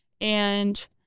And-